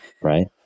right